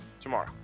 tomorrow